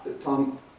Tom